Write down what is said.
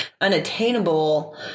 unattainable